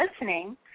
listening